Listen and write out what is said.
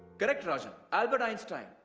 correct rajan, albert einstein.